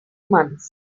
months